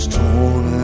torn